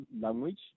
language